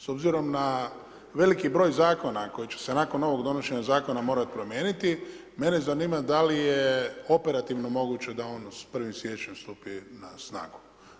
S obzirom na veliki broj zakona koji će se nakon ovog donošenja zakona morat promijeniti, mene zanima da li je operativno moguće da on s 1. siječnja stupi na snagu?